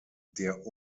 der